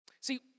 See